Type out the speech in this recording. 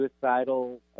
suicidal